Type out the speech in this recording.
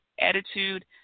attitude